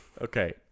Okay